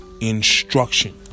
instruction